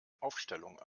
aufstellung